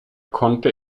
konnte